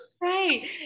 Right